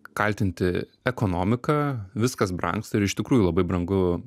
kaltinti ekonomiką viskas brangsta ir iš tikrųjų labai brangu